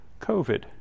COVID